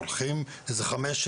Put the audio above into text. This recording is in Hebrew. הולכים איזה חמש,